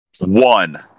one